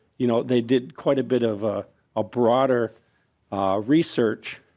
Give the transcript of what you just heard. you know they did quite a bit of ah ah broader research